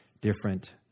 different